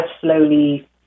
slowly